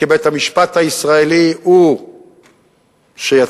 כי בית-המשפט הישראלי הוא שיצא,